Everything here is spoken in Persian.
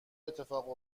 اتفاق